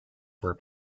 were